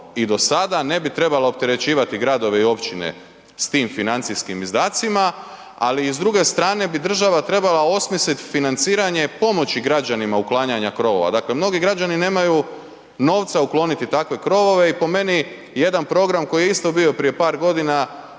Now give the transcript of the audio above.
i do sada, ne bi trebala opterećivati gradove i općine s tim financijskim izdacima, ali i s druge strane bi država trebala osmisliti financiranje pomoći građanima uklanjanja krovova. Dakle, mnogi građani nemaju novca ukloniti takve krovove i po meni jedan program koji je isto bio prije par godina